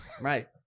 Right